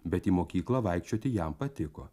bet į mokyklą vaikščioti jam patiko